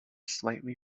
slightly